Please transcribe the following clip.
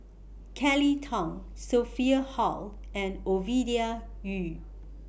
Kelly Tang Sophia Hull and Ovidia Yu